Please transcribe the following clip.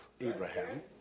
Abraham